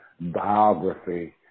biography